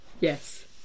yes